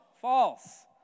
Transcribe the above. False